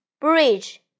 bridge